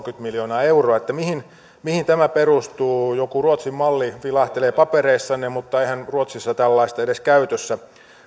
miljoonaa euroa mihin mihin tämä perustuu joku ruotsin malli vilahtelee papereissanne mutta eihän ruotsissa tällaista edes käytössä